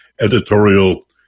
editorial